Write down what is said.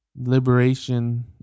Liberation